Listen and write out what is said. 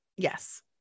Yes